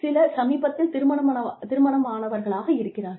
சிலர் சமீபத்தில் திருமணமானவர்களாக இருக்கிறார்கள்